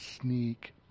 sneak